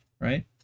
Right